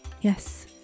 Yes